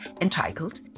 entitled